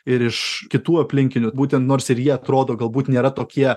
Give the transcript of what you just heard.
ir iš kitų aplinkinių būtent nors ir jie atrodo galbūt nėra tokie